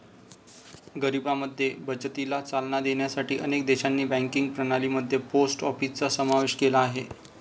गरिबांमध्ये बचतीला चालना देण्यासाठी अनेक देशांनी बँकिंग प्रणाली मध्ये पोस्ट ऑफिसचा समावेश केला आहे